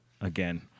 again